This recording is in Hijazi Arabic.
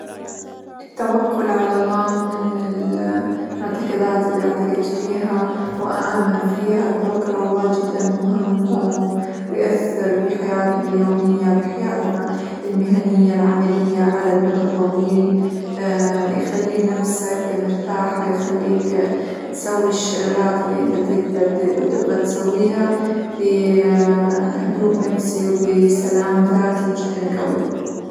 التوكل على الله من -ال- المعتقدات اللي اعتقد فيها، وأآمن فيها التوكل على الله جدًا مهم، ويؤثر بحياتنا اليومية، بحياتنا المهنية، العملية على المدى الطويل، يخلي نفسك مرتاحة، يخليك تسوي الشغلات اللى أنت تقدر -ت- وتبغى تسويها -ب- بهدوء نفسي وبسلام ذاتي جدًا قوي.